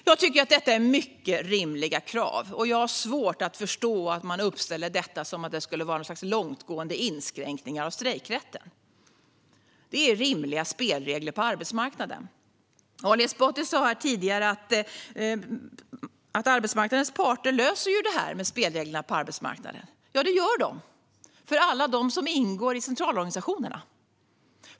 Jag tycker att detta är mycket rimliga krav, och jag har svårt att förstå att man framställer det som att det skulle vara något slags långtgående inskränkningar av strejkrätten. Det är rimliga spelregler på arbetsmarknaden. Ali Esbati sa här tidigare att arbetsmarknadens parter löser detta med spelreglerna på arbetsmarknaden. Ja, det gör de för alla som ingår i centralorganisationerna.